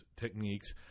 techniques